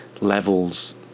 levels